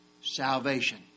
Salvation